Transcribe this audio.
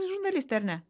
žurnalistė ar ne